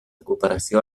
cooperació